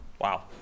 wow